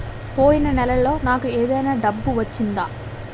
పోయిన నెలలో నాకు ఏదైనా డబ్బు వచ్చిందా?